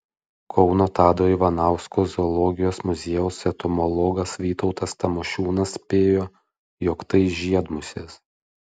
kauno tado ivanausko zoologijos muziejaus entomologas vytautas tamošiūnas spėjo jog tai žiedmusės